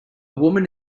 woman